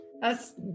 That's-